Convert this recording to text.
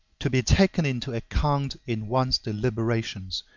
to be taken into account in one's deliberations,